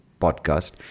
podcast